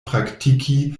praktiki